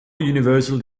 universal